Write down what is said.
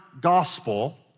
gospel